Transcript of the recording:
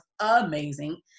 amazing